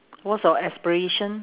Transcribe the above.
what's your aspiration